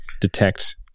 detect